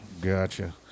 gotcha